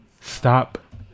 Stop